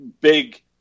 big